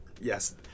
Yes